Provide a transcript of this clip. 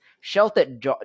sheltered